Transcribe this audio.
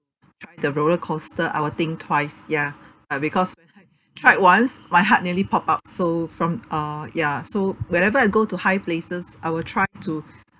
try the roller coaster I will think twice ya uh because when I tried once my heart nearly popped out so from uh ya so whenever I go to high places I will try to